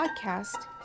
podcast